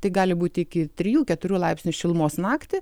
tai gali būti iki trijų keturių laipsnių šilumos naktį